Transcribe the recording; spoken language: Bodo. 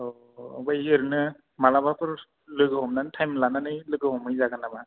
औ ओमफ्राय ओरैनो मालाबाफोर लोगो हमनानै थाइम लानानै लोगो हमहै जागोन नामा